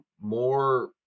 more